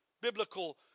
Biblical